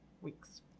weeks